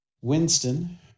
winston